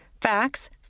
facts